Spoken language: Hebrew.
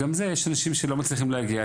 גם לזה יש אנשים שלא מצליחים להגיע,